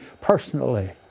personally